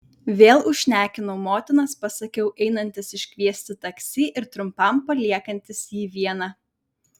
vėl užšnekinau motinas pasakiau einantis iškviesti taksi ir trumpam paliekantis jį vieną